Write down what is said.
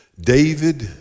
David